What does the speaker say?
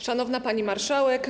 Szanowna Pani Marszałek!